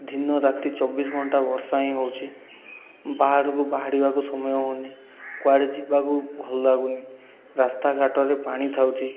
ଦିନ ରାତି ଚବିଶ ଘଣ୍ଟା ବର୍ଷା ହିଁ ହେଉଛି ବାହାରକୁ ବାହାରିବାକୁ ସମୟ ହେଉନି କୁଆଡ଼େ ଯିବାକୁ ଭଲ ଲାଗୁନି ରାସ୍ତାଘାଟରେ ପାଣି ଥାଉଛି